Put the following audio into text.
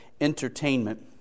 Entertainment